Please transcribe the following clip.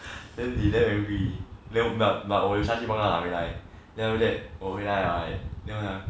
then they damn angry then but but 我有下去楼 lah 我 like after that 我回来 like then 我讲